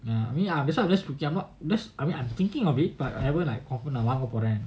ya I mean ya that's why I always I'm just looking I mean I am thinking of it buy I wouldn't like confirm I want or rent